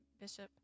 Bishop